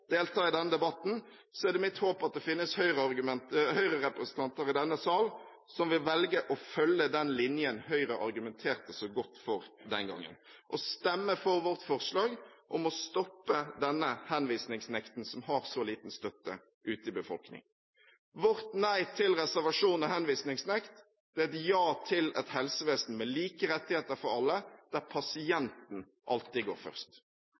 delta i denne debatten, er det mitt håp at det finnes Høyre-representanter i denne sal som vil velge å følge den linjen Høyre argumenterte så godt for den gangen, og stemme for vårt forslag om å stoppe denne henvisningsnekten, som har så liten støtte ute i befolkningen. Vårt nei til reservasjon og henvisningsnekt er et ja til et helsevesen med like rettigheter for alle, der pasienten alltid kommer først.